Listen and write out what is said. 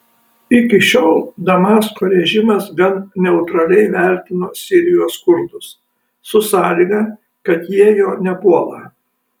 iki šiol damasko režimas gan neutraliai vertino sirijos kurdus su sąlyga kad jie jo nepuola